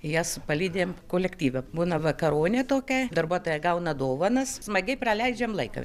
jas palydim kolektyve būna vakaronė tokia darbuotojai gauna dovanas smagiai praleidžiam laiką